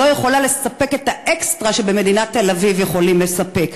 לא יכולה לספק את האקסטרה שבמדינת תל-אביב יכולים לספק.